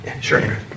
Sure